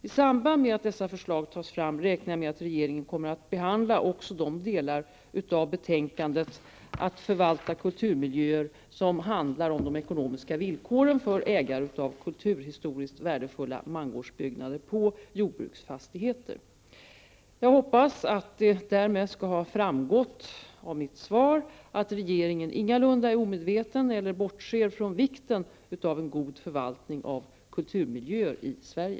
I samband med att dessa förslag tas fram räknar jag med att regeringen kommer att behandla också de delar av betänkandet. Att förvalta kulturmiljöer som handlar om de ekonomiska villkoren för ägare av kulturhistoriskt värdefulla mangårdsbyggnader på jordbruksfastigheter. Jag hoppas att det därmed skall ha framgått av mitt svar att regeringen ingalunda är omedveten eller bortser från vikten av en god förvaltning av kulturmiljöer i Sverige.